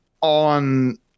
on